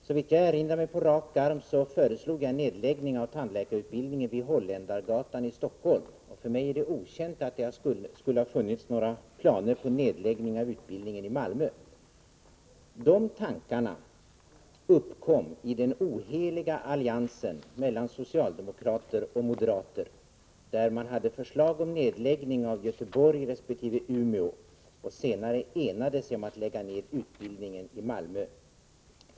Såvitt jag erinrar mig på rak arm föreslog jag nedläggning av tandläkarutbildningen vid Holländaregatan i Stockholm, och för mig är det okänt att det funnits planer på nedläggning av utbildningen i Malmö. De tankarna uppkom i den oheliga alliansen mellan socialdemokrater och moderater, där man hade förslag om nedläggning i Göteborg resp. Umeå och senare enade sig om att lägga ned i Malmö.